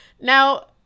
Now